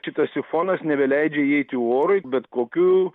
šitas sifonas nebeleidžia įeiti orui bet kokiu